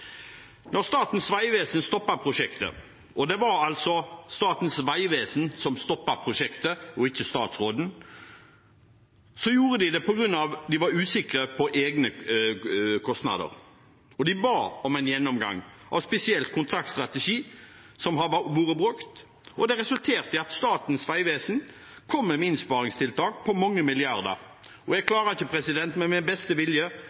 Når Statens vegvesen stoppet prosjektet – det var altså Statens vegvesen som stoppet prosjektet, ikke statsråden – var det på grunn av at de var usikre på egne kostnader. De ba om en gjennomgang av en spesiell kontraktstrategi, som har vært brukt, og det resulterte i at Statens vegvesen kom med innsparingstiltak på mange milliarder kroner. Jeg klarer ikke med min beste vilje